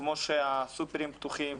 כמו שהסופרים פתוחים,